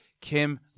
Kim